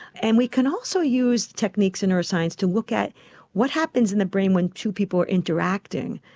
and we can also use techniques in our science to look at what happens in the brain when two people are interacting.